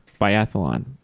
biathlon